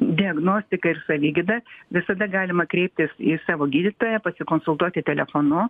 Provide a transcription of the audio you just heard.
diagnostika ir savigyda visada galima kreiptis į savo gydytoją pasikonsultuoti telefonu